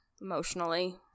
emotionally